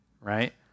right